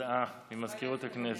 הודעה ממזכירות הכנסת.